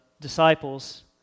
disciples